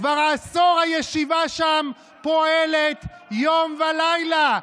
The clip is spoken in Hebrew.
כבר עשור הישיבה פועלת שם יום ולילה,